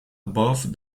above